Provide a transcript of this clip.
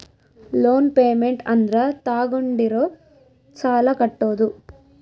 loan payment ಅಂದ್ರ ತಾಗೊಂಡಿರೋ ಸಾಲ ಕಟ್ಟೋದು